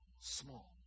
small